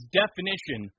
definition